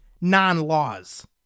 non-laws